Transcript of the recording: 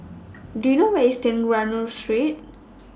Do YOU know Where IS Trengganu Street